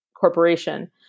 corporation